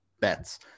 bets